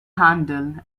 handle